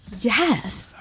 Yes